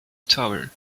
tower